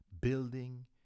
building